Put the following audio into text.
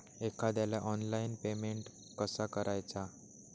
एखाद्याला online payment कसा करायचा?